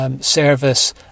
service